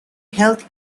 health